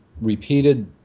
repeated